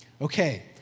Okay